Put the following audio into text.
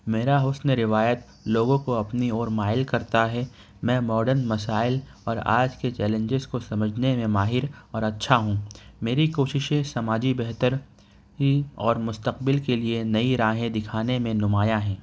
میرا حسن روایت لوگوں کو اپنی اور مائل کرتا ہے میں موڈن مسائل اور آج کے چیلنجز کو سمجھنے میں ماہر اور اچھا ہوں میری کوشش ہے سماجی بہتر ہی اور مستقبل کے لیے نئی راہیں دکھانے میں نمایاں ہیں